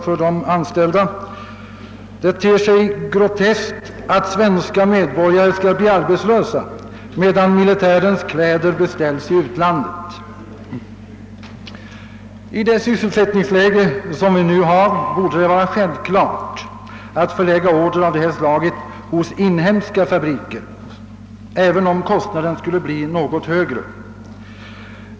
För dessa ter det sig groteskt att svenska medborgare skall bli arbetslösa medan militärens kläder beställs i utlandet. I det sysselsättningsläge som vi nu har borde det vara självklart att order av detta slag förlägges hos inhemska företag, även om kostnaden skulle bli något högre.